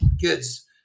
kids